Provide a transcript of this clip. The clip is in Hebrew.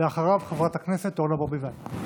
ואחריו, חברת הכנסת אורנה ברביבאי.